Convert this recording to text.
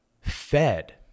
fed